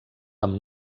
amb